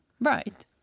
right